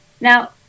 Now